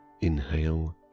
inhale